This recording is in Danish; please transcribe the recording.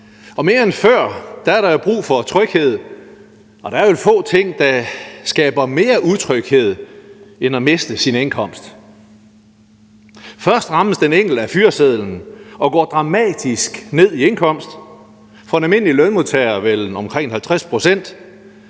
Og mere end før er der jo brug for tryghed, og der er vel få ting, der skaber mere utryghed end at miste sin indkomst. Først rammes den enkelte af fyresedlen og går dramatisk ned i indkomst – for en almindelig lønmodtager vel omkring 50 pct.